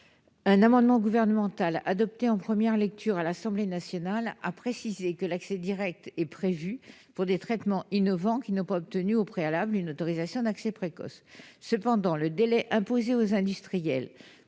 Un amendement gouvernemental, adopté en première lecture à l'Assemblée nationale, a précisé que l'accès direct s'appliquait aux traitements innovants n'ayant pas obtenu au préalable une autorisation d'accès précoce. Cependant, le délai imposé aux industriels